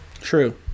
True